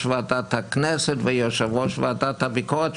ועדת הכנסת ויושב-ראש ועדת הביקורת,